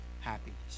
happiness